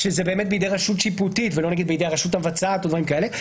שזה באמת בידי רשות שיפוטית לא נגיד בידי הרשות המבצעת או דברים כאלה.